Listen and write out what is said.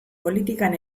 politikan